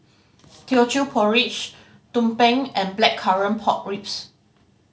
Teochew Porridge tumpeng and Blackcurrant Pork Ribs